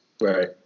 Right